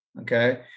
okay